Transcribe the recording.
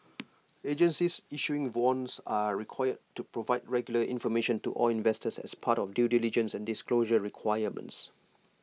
agencies issuing bonds are required to provide regular information to all investors as part of due diligence and disclosure requirements